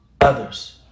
others